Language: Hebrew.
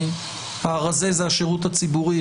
הרזה זה השירות הציבורי.